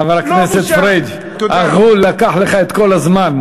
חבר הכנסת פריג' לא בושה.